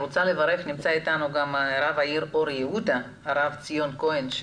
נמצא איתנו גם רב העיר אור יהודה, הרב ציון כהן.